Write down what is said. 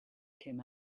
came